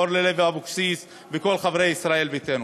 אורלי לוי אבקסיס וכל חברי ישראל ביתנו.